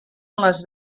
les